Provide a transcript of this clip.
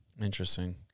Interesting